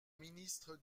ministre